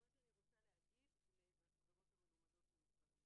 לא התעללות פיזית אלא התעללות מנטלית.